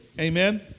Amen